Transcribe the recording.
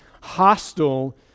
hostile